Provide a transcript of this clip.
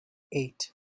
eight